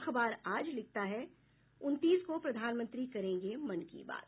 अखबार आज लिखता है उनतीस को प्रधानमंत्री करेंगे मन की बात